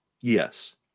Yes